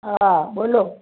હા બોલો